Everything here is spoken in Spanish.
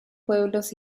pueblos